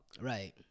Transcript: Right